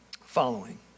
following